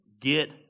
get